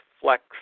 Flex